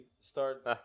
start